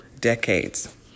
decades